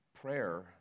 prayer